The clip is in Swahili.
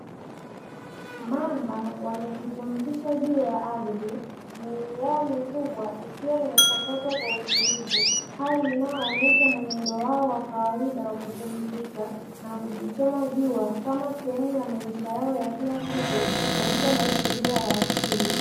Mamba wamejipumzisha juu ya ardhi, miili yao mikubwa ikiwa imetandazwa kwa utulivu, hali inayoonyesha mwenendo wao wa kawaida wa kupumzika na kujichoma jua kama sehemu ya maisha yao ya kila siku katika mazingira ya asili.